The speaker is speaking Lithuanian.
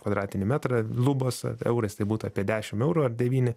kvadratinį metrą lubos a eurais tai būtų apie dešim eurų ar devyni